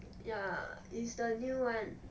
ya it's the new one